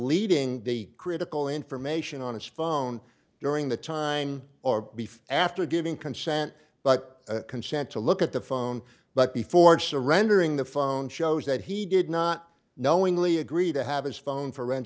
deleting the critical information on his phone during the time or beef after giving consent but consent to look at the phone but before surrendering the phone shows that he did not knowingly agree to have his phone for